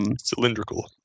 Cylindrical